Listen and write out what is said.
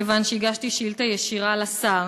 מכיוון שהגשתי שאילתה ישירה לשר.